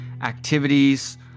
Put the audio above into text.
activities